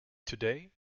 today